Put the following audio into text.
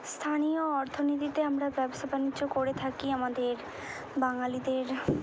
স্থানীয় অর্থনীতিতে আমরা ব্যবসা বাণিজ্য করে থাকি আমদের বাঙালিদের